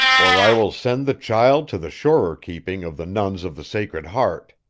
or i will send the child to the surer keeping of the nuns of the sacred heart.